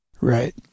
Right